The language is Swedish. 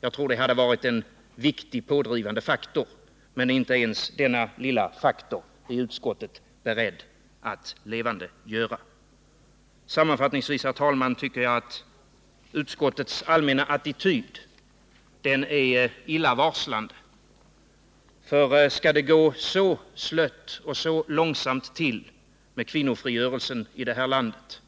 Jag tror att det hade varit en viktig pådrivande faktor, men inte ens denna lilla faktor är utskottet berett att levandegöra. Sammanfattningsvis, herr talman, tycker jag att utskottets allmänna attityd är illavarslande. Skall det gå så slött och så långsamt till med kvinnofrigörelsen i det här landet,